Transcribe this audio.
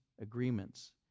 agreements